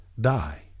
die